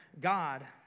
God